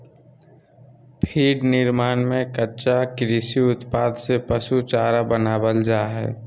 feed निर्माण में कच्चा कृषि उत्पाद से पशु चारा बनावल जा हइ